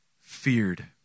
feared